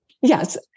Yes